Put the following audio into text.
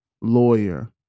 lawyer